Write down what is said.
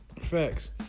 Facts